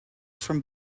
from